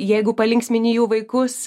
jeigu palinksmini jų vaikus